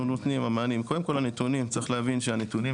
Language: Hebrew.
קודם כל צריך להבין את הנתונים,